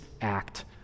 act